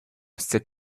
said